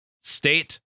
state